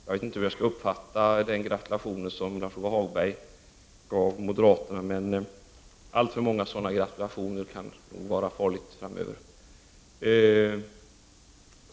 Jag vet inte hur jag skall uppfatta den gratulation som Lars-Ove Hagberg gav moderaterna. Att få allt för många sådana gratulationer kan nog vara farligt framöver.